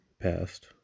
passed